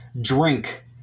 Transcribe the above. drink